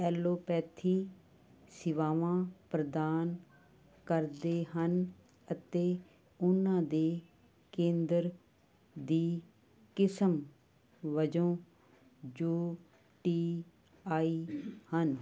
allopathy ਸੇਵਾਵਾਂ ਪ੍ਰਦਾਨ ਕਰਦੇ ਹਨ ਅਤੇ ਉਹਨਾਂ ਦੇ ਕੇਂਦਰ ਦੀ ਕਿਸਮ ਵਜੋਂ ਯੂ ਟੀ ਆਈ ਹਨ